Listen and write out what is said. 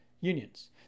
unions